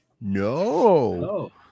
no